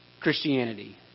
Christianity